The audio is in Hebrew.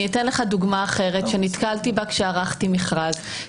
אני אתן לך דוגמה אחרת שנתקלתי בה כשערכתי מכרז.